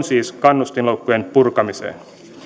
siis on kannustinloukkujen purkamiseen